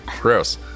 Gross